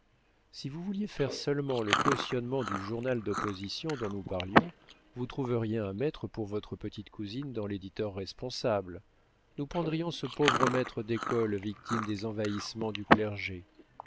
si vous vouliez faire seulement le cautionnement du journal d'opposition dont nous parlions vous trouveriez un maître pour votre petite cousine dans l'éditeur responsable nous prendrions ce pauvre maître d'école victime des envahissements du clergé